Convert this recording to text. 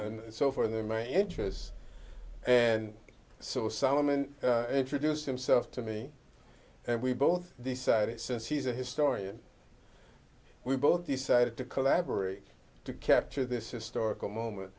and so for them my interest and so salomon introduced himself to me and we both decided since he's a historian we both decided to collaborate to capture this is stork a moment